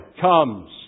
comes